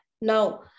Now